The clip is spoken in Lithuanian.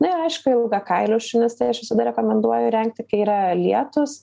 nu ir aišku ilgakailius šunis tai aš visada rekomenduoju rengti kai yra lietūs